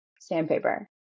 sandpaper